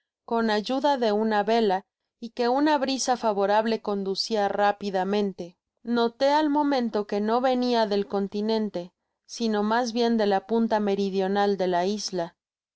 con ayuda de una vela y que una brisa favorable conducia rápidamente noté al momento que no venia del continente sino mas bien de la punta meridional de la isla llamé á